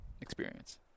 experience